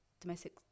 domestic